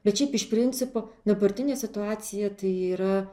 bet šiaip iš principo dabartinė situacija tai yra